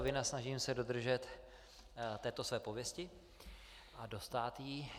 Vynasnažím se dodržet této své pověsti a dostát jí.